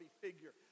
figure